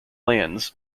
lands